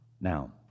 Now